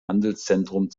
handelszentrum